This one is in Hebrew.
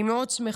אני מאוד שמחה.